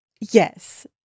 yes